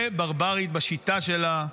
וברברית בשיטה שלה.